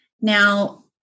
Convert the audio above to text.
Now